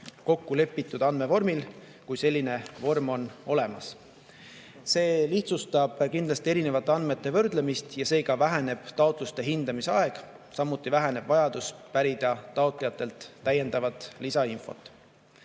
kokku lepitud andmevormil, kui selline vorm on olemas. See lihtsustab kindlasti erinevate andmete võrdlemist ja seega väheneb taotluste hindamise aeg. Samuti väheneb vajadus pärida taotlejatelt täiendavat